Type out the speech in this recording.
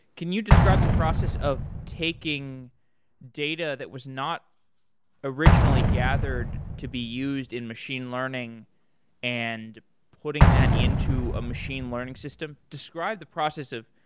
can you describe the process of taking data that was not originally gathered to be used in machine learning and putting that into a machine learning system? describe the process of